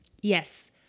yes